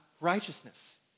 righteousness